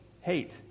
Hate